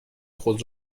خود